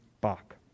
Bach